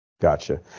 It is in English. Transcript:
Gotcha